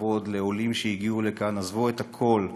הכבוד לעולים שהגיעו לכאן ועזבו הכול,